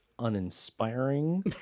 uninspiring